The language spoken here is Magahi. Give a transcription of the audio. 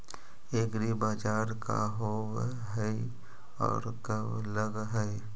एग्रीबाजार का होब हइ और कब लग है?